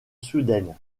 soudaine